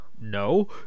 no